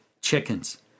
chickens